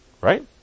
right